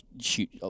shoot